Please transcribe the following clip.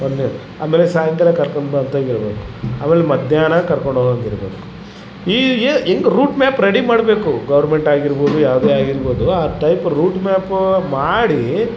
ಒಂದನೇದು ಆಮೇಲೆ ಸಾಯಂಕಾಲ ಕರ್ಕೊಂಬ ಅಂತ ಇರ್ಬೇಕು ಆಮೇಲೆ ಮಧ್ಯಾಹ್ನ ಕರ್ಕೊಂಡು ಹೋಗೋಂಗ್ ಇರಬೇಕು ಈ ಏ ಹೆಂಗ್ ರೂಟ್ ಮ್ಯಾಪ್ ರೆಡಿ ಮಾಡಬೇಕು ಗೋರ್ಮೆಂಟ್ ಆಗಿರ್ಬೋದು ಯಾವುದೇ ಆಗಿರ್ಬೋದು ಆ ಟೈಪ್ ರೂಟ್ ಮ್ಯಾಪು ಮಾಡಿ